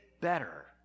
better